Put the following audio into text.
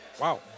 Wow